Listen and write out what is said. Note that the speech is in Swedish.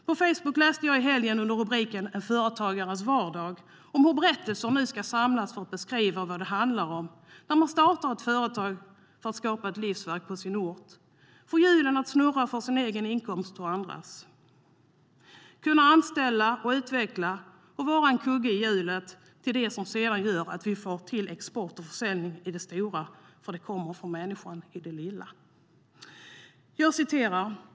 På Facebook läste jag i helgen under rubriken En företagares vardag om hur berättelser nu ska samlas för att beskriva vad det handlar om när man startar ett företag för att skapa ett livsverk på sin ort, få hjulen att snurra för sin egen inkomst och andras, kunna anställa och utveckla och vara en kugge i hjulet till det som sedan gör att vi får till export och försäljning i det stora, för det kommer från människor i det lilla.